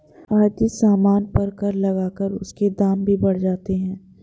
आयातित सामान पर कर लगाकर उसके दाम भी बढ़ जाते हैं